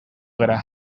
gara